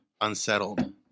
unsettled